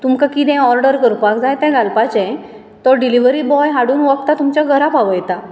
तुमकां कितें ऑर्डर करपाक जाय तें घालपाचें तो डिलिवरी बॉय हाडून वखदां तुमच्या घरा पावयता